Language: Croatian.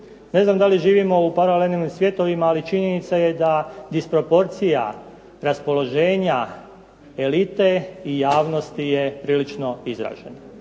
Ne znam da li živimo u paralelnim svjetovima, ali činjenica je da disproporcija raspoloženja elite i javnosti je prilično izražena.